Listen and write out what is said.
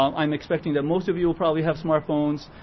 um i'm expecting that most of you will probably have smart phones.